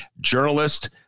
journalist